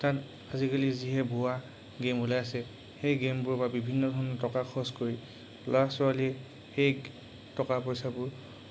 তাত আজিকালি যিহে ভুৱা গেম ওলাই আছে সেই গেমবোৰ বা বিভিন্ন ধৰণৰ টকা খৰচ কৰি ল'ৰা ছোৱালীয়ে সেই টকা পইচাবোৰ